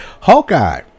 Hawkeye